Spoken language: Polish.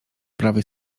prawej